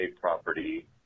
property